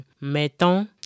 mettons